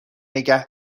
نگه